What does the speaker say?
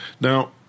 Now